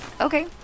Okay